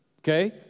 Okay